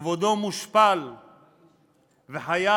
כבודו מושפל וחייו